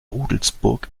rudelsburg